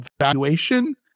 evaluation